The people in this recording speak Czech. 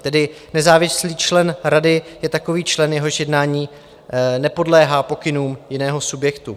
Tedy nezávislý člen rady je takový člen, jehož jednání nepodléhá pokynům jiného subjektu.